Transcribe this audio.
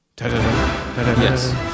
Yes